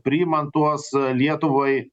priimant tuos lietuvai